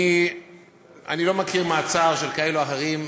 אני לא מכיר מעצר של כאלה ואחרים.